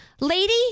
lady